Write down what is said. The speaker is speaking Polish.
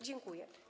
Dziękuję.